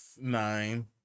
Nine